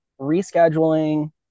Rescheduling